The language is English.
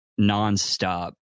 nonstop